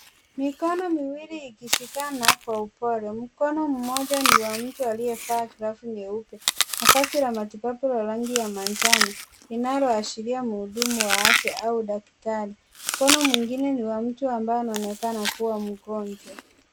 Mikono miwili ikishikana kwa upole. Mkono mmoja ni wa mtu aliyevaa glovu nyeupe na vazi la matibabu la rangi ya manjano, linaloashiria mhudumua wa afya au daktari. Mkono mwingine ni wa mtu ambaye anaonekana kuwa mgonjwa.